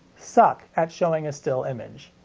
suck at showing a still image.